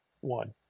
one